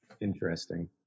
interesting